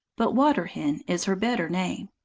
but water-hen is her better name.